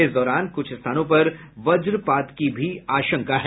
इस दौरान कुछ स्थानों पर वज्रपात की भी आशंका है